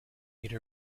need